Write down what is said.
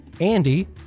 Andy